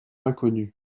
inconnus